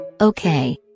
Okay